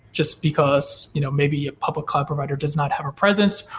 just because you know maybe a public cloud provider does not have a presence,